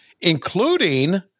including